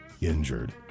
injured